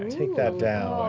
um take that down.